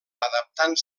adaptant